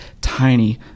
tiny